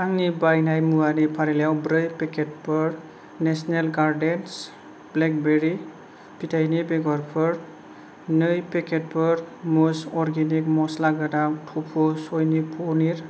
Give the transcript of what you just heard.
आंनि बायनाय मुवानि फारिलाइयाव ब्रै पेकेटफोर नेशनेल गार्देन्स ब्लेकबेरि फिथाइनि बेगरफोर नै पेकेटफोर मुज अर्गेनिक मस्ला गोनां टफु सयनि पनिर